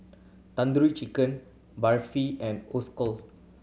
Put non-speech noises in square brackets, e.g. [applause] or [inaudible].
Tandoori Chicken Barfi and [unintelligible]